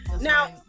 Now